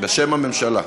בשם הממשלה.